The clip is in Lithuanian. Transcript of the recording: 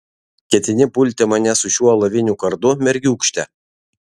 ketini pulti mane su šiuo alaviniu kardu mergiūkšte